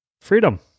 freedom